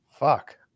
fuck